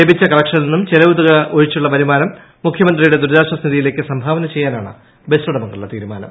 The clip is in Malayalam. ലഭിച്ചു കളക്ഷനിൽനിന്നും ചെലവ് തുക ഒഴിച്ചുള്ള വരുമാനം മുഖ്യമന്ത്രിയുടെ ദുരിതാശ്വാസ നിധിയിലേക്ക് സംഭാവന ചെയ്യാനാണ് ബസുടമകളുടെ തീരുമാനം